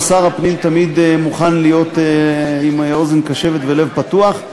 אבל שר הפנים תמיד מוכן להיות עם אוזן קשבת ולב פתוח.